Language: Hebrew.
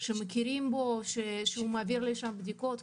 שמכירים בו, שהוא מעביר לשם בדיקות?